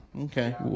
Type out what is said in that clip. Okay